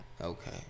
Okay